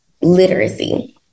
literacy